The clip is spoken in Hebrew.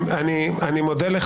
אנשים כמוך הרסו את